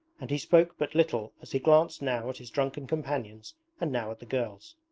and he spoke but little as he glanced now at his drunken companions and now at the girls.